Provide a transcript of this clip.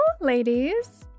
ladies